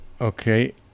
Okay